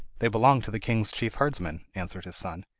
they belong to the king's chief herdsman answered his son.